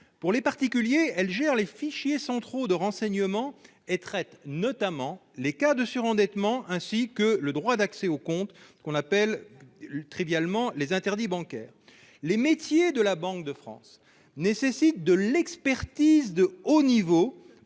Pour les particuliers, elle gère les fichiers centraux de renseignements et traite notamment les cas de surendettement, ainsi que le droit au compte, qu'on appelle trivialement interdit bancaire. Les métiers de la Banque de France nécessitent de l'expertise de haut niveau,